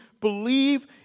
believe